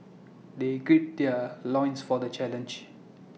they gird their loins for the challenge